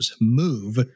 move